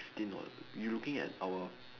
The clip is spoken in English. fifteen [what] you looking at our